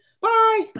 Bye